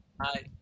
Hi